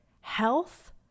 Health